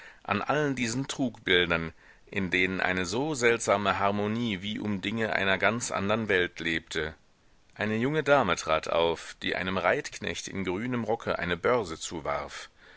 an allen diesen trugbildern in denen eine so seltsame harmonie wie um dinge einer ganz andern welt lebte eine junge dame trat auf die einem reitknecht in grünem rocke eine börse zuwarf